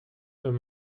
wenn